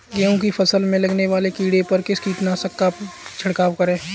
गेहूँ की फसल में लगने वाले कीड़े पर किस कीटनाशक का छिड़काव करें?